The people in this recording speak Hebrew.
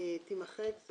תימחק.